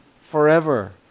forever